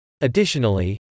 Additionally